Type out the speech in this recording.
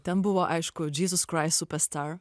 ten buvo aišku džyzus kraist super star